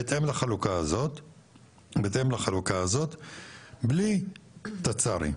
בהתאם לחלוקה הזאת בלי תצ"רים.